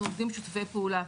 אנחנו עושים שיתופי פעולה.